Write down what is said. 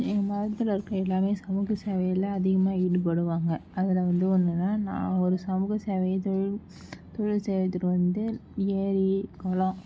எங்கள் ஆற்றுல இருக்கிற எல்லாமே சமூக சேவையில் அதிகமாக ஈடுபடுவாங்க அதில் வந்து ஒன்றுனா நான் ஒரு சமூக சேவை இது தொழில் செய்வதுரு வந்து ஏரி குளம்